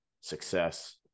success